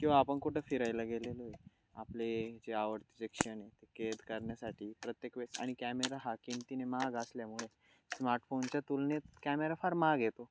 किंवा आपण कुठं फिरायला गेलेलो आहे आपले जे आवडते क्षण आहे ते कैद करण्यासाठी प्रत्येक वेळेस आणि कॅमेरा हा किमतीने महाग असल्यामुळे स्मार्टफोनच्या तुलनेत कॅमेरा फार महाग येतो